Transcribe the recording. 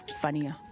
funnier